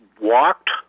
walked